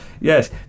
yes